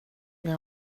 jag